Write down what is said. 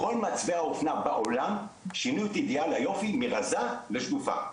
כל מעצבי האופנה בעולם שינו את אידיאל היופי מרזה לשדופה,